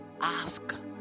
ask